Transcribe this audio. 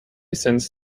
since